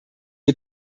wir